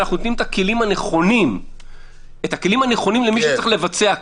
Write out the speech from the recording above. נותנים את הכלים הנכונים למי שצריך לבצע -- כן.